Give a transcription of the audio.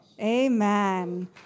Amen